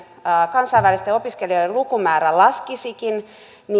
kansainvälisten opiskelijoiden lukumäärä laskisikin